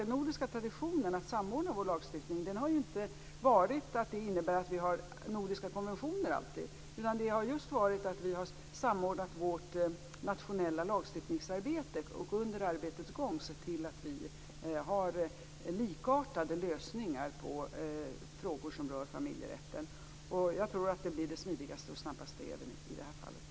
Den nordiska traditionen att samordna vår lagstiftning har inte inneburit att vi alltid har nordiska konventioner, utan det har just inneburit att vi har samordnat vårt nationella lagstiftningsarbete och under arbetets gång sett till att vi har likartade lösningar på frågor som rör familjerätten. Jag tror att det blir det smidigaste och snabbaste sättet även i det här fallet.